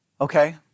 Okay